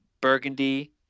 burgundy